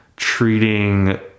treating